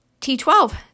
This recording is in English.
T12